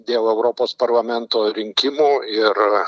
dėl europos parlamento rinkimų ir